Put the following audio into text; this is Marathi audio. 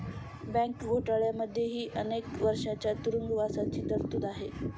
बँक घोटाळ्यांमध्येही अनेक वर्षांच्या तुरुंगवासाची तरतूद आहे